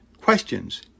questions